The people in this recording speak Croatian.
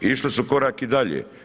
Išli su korak i dalje.